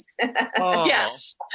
yes